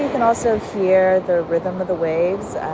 can also hear the rhythm of the waves